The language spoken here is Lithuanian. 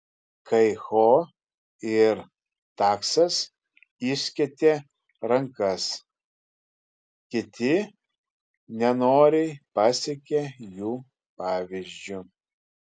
kai ho ir taksas išskėtė rankas kiti nenoriai pasekė jų pavyzdžiu